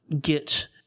get